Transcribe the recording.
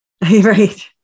Right